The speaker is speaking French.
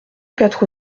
quatre